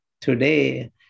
today